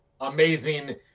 amazing